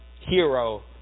hero